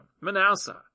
Manasseh